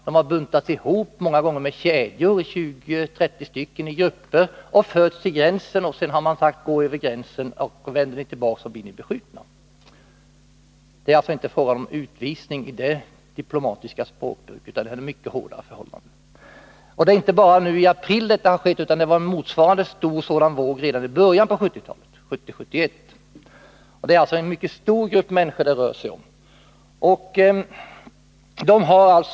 De har buntats ihop, många gånger med kedjor, i grupper om 20-30 och förts till gränsen. Sedan har man sagt: Gå över gränsen — vänder ni tillbaka så blir ni beskjutna. Det är alltså inte fråga om utvisning i det diplomatiska språkbruket utan det handlar om mycket hårdare förhållanden. Det är inte bara nu i april som detta har skett, utan det var en motsvarande stor sådan våg redan i början av 1970-talet, 1970 och 1971. Det rör sig om en mycket stor grupp människor.